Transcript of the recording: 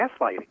gaslighting